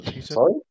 Sorry